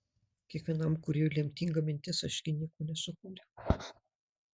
kiekvienam kūrėjui lemtinga mintis aš gi nieko nesukūriau